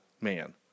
Man